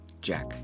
Jack